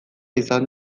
izan